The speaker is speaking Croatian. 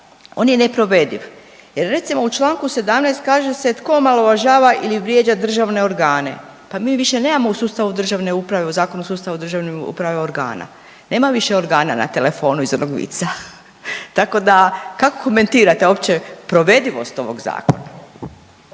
on je neprovediv jer recimo, u čl. 17 kaže se tko omalovažava ili vrijeđa državne organe. Pa mi više nemamo u sustavu državne uprave, u Zakonu o sustavu državne uprave organa. Nema više organa na telefonu iz onog vica. Tako da, kako komentirate uopće provedivost ovog Zakona?